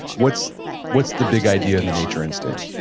what's what's the big idea in the nature instinct?